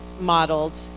modeled